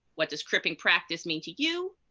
what does cripping praxis mean to you